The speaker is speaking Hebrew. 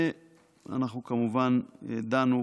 אנחנו כמובן ידענו,